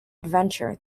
adventure